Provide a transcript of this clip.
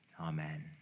Amen